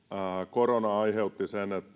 korona aiheutti sen että